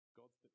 God's